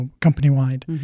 company-wide